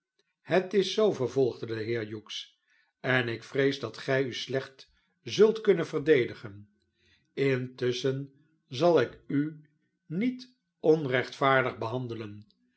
het is zoo vervolgde de heer hughes en ik vrees dat gij u slecht zult kunnen verdedigen intusschen zal ik u niet onrechtvaardig behandelen